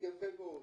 יפה מאוד.